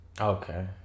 Okay